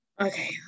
okay